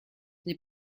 n’ai